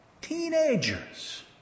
Teenagers